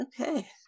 okay